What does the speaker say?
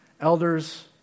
elders